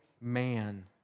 man